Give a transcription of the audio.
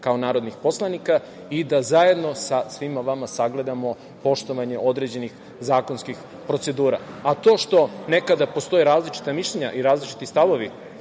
kao narodnih poslanika i da zajedno sa svima vama sagledamo poštovanje određenih zakonskih procedura. To što nekada postoje različita mišljenja i različiti stavovi,